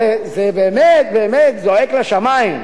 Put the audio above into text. הרי זה באמת באמת זועק לשמים.